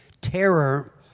terror